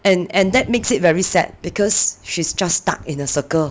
and and that makes it very sad because she's just stuck in a circle